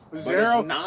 Zero